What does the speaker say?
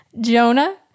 Jonah